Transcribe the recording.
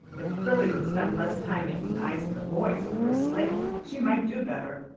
if prillie would spend less time making eyes at the boys over her slate she might do better.